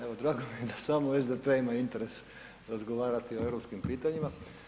Evo, drago mi je da samo SDP ima interes razgovarati o europskim pitanjima.